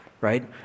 right